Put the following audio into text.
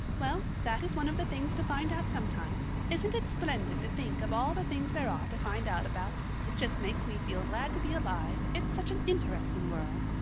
well, that is one of the things to find out sometime. isn't it splendid to think of all the things there are to find out about? it just makes me feel glad to be alive it's such an interesting world.